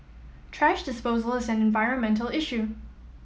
thrash disposal is an environmental issue